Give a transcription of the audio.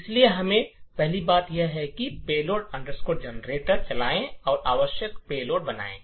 इसलिए हमें पहली बात यह है कि payload generator चलाएं और आवश्यक पेलोड बनाएं